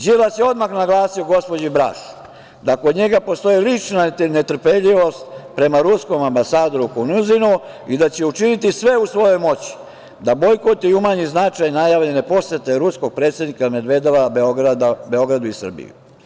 Đilas je odmah naglasio gospođi Braš da kod njega postoji lična netrpeljivost prema ruskom ambasadoru Konuzinu i da će učiniti sve u svojoj moći da bojkotuje i umanji značaj najavljene posete ruskog predsednika Medvedeva Beogradu i Srbiji.